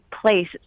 place